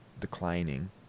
declining